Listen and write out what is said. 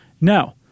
No